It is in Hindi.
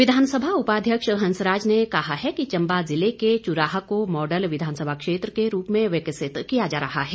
हंसराज विधानसभा उपाध्यक्ष हंसराज ने कहा है कि चंबा जिले के चुराह को मॉडल विधानसभा क्षेत्र के रूप में विकसित किया जा रहा है